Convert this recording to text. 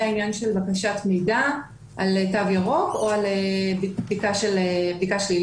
העניין של בקשת מידע על תו ירוק או על בדיקה שלילית.